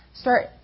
Start